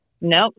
nope